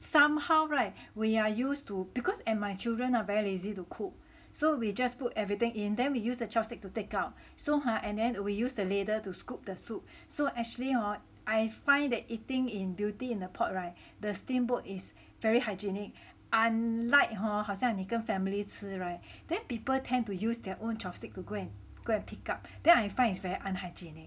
somehow [right] we are used to because and my children are very lazy to cook so we just put everything in then we use a chopstick to take out so !huh! and then we use the ladle to scoop the soup so actually hor I find that eating in Beauty In The Pot [right] the steamboat is very hygienic unlike hor 好像你跟 family 吃 [right] then people tend to use their own chopstick to go and go and pick up then I find it's very unhygienic